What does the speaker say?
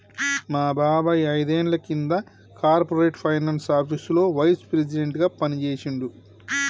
మా బాబాయ్ ఐదేండ్ల కింద కార్పొరేట్ ఫైనాన్స్ ఆపీసులో వైస్ ప్రెసిడెంట్గా పనిజేశిండు